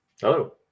Hello